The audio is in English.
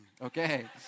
okay